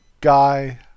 guy